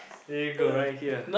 there you got right here